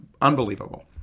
unbelievable